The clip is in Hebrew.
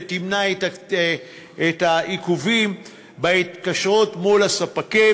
ותמנע עיכובים בהתקשרות מול הספקים.